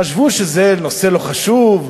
חשבו שזה נושא לא חשוב,